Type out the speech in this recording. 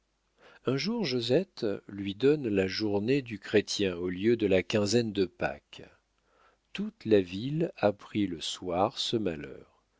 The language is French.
un jour josette lui donna la journée du chrétien au lieu de la quinzaine de pâques toute la ville apprit le soir ce malheur